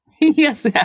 Yes